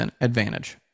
advantage